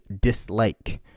dislike